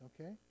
Okay